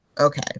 Okay